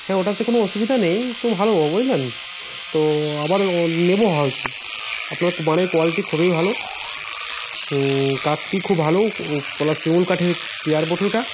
হ্যাঁ ওটাতে কোনো অসুবিধা নেই তো ভালো বুঝলেন তো আবার নো নেব ভাবছি আপনার মানে কোয়ালিটি খুবই ভালো কাঠটি খুব ভালোও ও পলাশ শিমুল কাঠের চেয়ার বটে ওটা